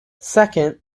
second